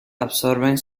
absorben